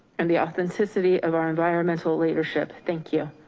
and the authenticity of our environmental leadership. thank you.